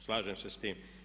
Slažem se s tim.